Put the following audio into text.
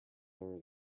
there